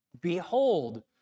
behold